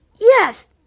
yes